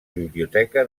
biblioteca